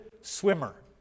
swimmer